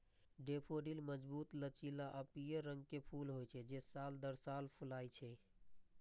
daffodil मजबूत, लचीला आ पीयर रंग के फूल होइ छै, जे साल दर साल फुलाय छै